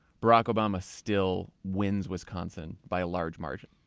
barack obama still wins wisconsin by a large margin,